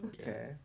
Okay